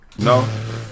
No